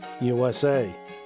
usa